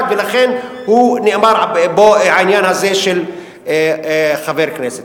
ולכן נאמר בו העניין הזה של חבר הכנסת.